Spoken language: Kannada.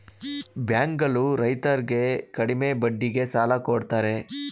ಬ್ಯಾಂಕ್ ಗಳು ರೈತರರ್ಗೆ ಕಡಿಮೆ ಬಡ್ಡಿಗೆ ಸಾಲ ಕೊಡ್ತಾರೆ